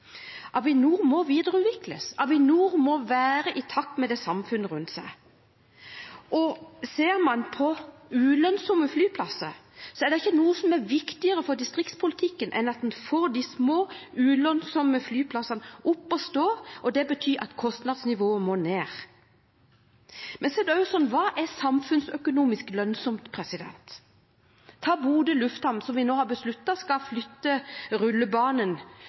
Avinor må videreutvikles. Avinor må være i takt med samfunnet rundt seg. Ser man på ulønnsomme flyplasser, er det ikke noe som er viktigere for distriktspolitikken enn at man får de små, ulønnsomme flyplassene opp å stå, og det betyr at kostnadsnivået må ned. Så er spørsmålet også: Hva er samfunnsøkonomisk lønnsomt? Ta Bodø lufthavn, som vi nå har besluttet skal parallellforskyve rullebanen.